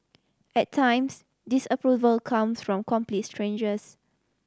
at times disapproval comes from complete strangers